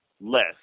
less